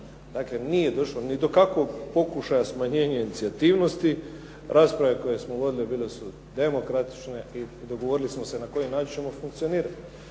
Dakle, nije došlo ni do kakvog pokušaja smanjenja inicijativnosti, rasprave koje smo vodili bile su demokratične i dogovorili smo se na koji način ćemo funkcionirati.